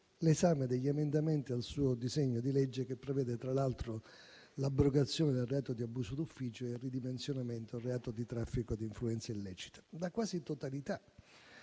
l'esame degli emendamenti al suo disegno di legge che prevede, tra l'altro, l'abrogazione del reato di abuso d'ufficio e il ridimensionamento del reato di traffico di influenze illecite. La quasi totalità